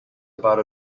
about